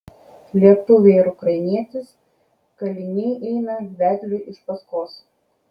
lietuviai ir ukrainietis kaliniai eina vedliui iš paskos